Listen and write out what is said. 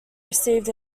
received